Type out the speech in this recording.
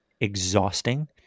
exhausting